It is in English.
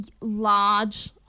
large